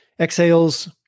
Exhales